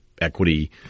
equity